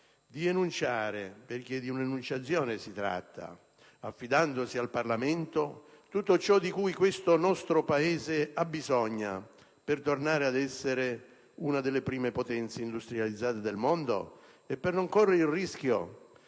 di enunciare (perché di un'enunciazione si tratta), affidandosi al Parlamento, tutto ciò di cui il nostro Paese abbisogna per tornare ad essere una delle prime potenze industrializzate del mondo e per non correre il rischio